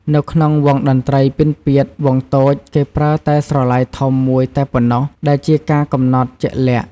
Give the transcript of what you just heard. នៅក្នុងវង់តន្ត្រីពិណពាទ្យវង់តូច គេប្រើតែស្រឡៃធំមួយតែប៉ុណ្ណោះ ដែលជាការកំណត់ជាក់លាក់។